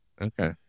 Okay